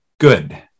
good